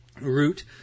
root